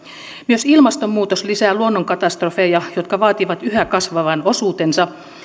myös ilmastonmuutos lisää luonnonkatastrofeja jotka vaativat yhä kasvavan osuutensa